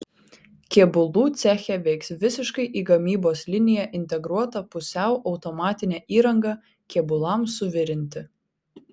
kėbulų ceche veiks visiškai į gamybos liniją integruota pusiau automatinė įranga kėbulams suvirinti